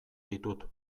ditut